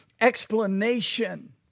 explanation